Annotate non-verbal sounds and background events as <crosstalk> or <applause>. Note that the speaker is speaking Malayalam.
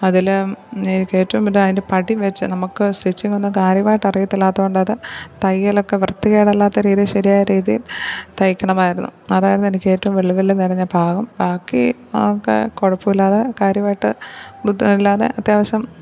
അതിൽ എനിക്കേറ്റവും <unintelligible> അതിന്റെ പടി വെച്ചു നമുക്ക് സ്റ്റിച്ചിങ്ങൊന്നും കാര്യമായിട്ടറിയത്തില്ലാത്തതു കൊണ്ടത് തയ്യലൊക്കെ വൃത്തികേടല്ലാത്ത രീതിയിൽ ശരിയായ രീതി തയ്ക്കണമായിരുന്നു അതാരെന്നെനിക്കേറ്റവും വെള്ളി വെള്ളി നേരം ഞാന് പാകം ബാക്കി അതൊക്കെ കുഴപ്പമില്ലാതെ കാര്യമായിട്ട് ബുദ്ധം ഇല്ലാതെ അത്യാവശ്യം